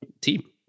team